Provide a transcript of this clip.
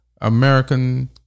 American